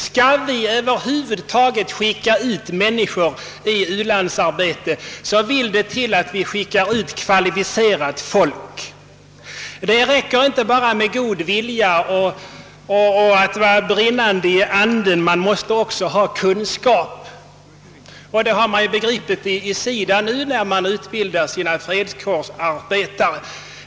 Skall vi över huvud taget skicka ut människor i u-landsarbete, vill det till att de är kvalificerade. Det räcker inte att de har god vilja och är brinnande i anden; de måste också ha kunskaper. Detta har man nu begripit i SIDA och därför utbildar man sina fredskårsarbetare.